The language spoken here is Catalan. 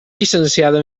llicenciada